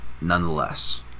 nonetheless